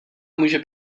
může